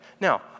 Now